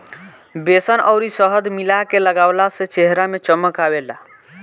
बेसन अउरी शहद मिला के लगवला से चेहरा में चमक आवेला